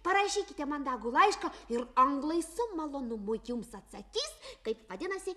parašykite mandagų laišką ir anglai su malonumu jums atsakys kaip vadinasi